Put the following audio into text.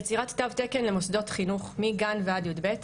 יצירת תו תקן למוסדות חינוך מגן ועד י"ב,